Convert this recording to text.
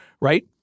Right